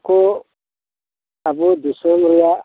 ᱱᱩᱠᱩ ᱟᱵᱚ ᱫᱤᱥᱚᱢ ᱨᱮᱭᱟᱜ